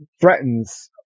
threatens